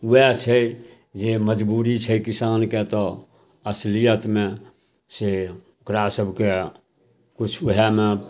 वएह छै जे मजबूरी छै किसानके तऽ असलियतमे से ओकरासभके किछु ओहेमे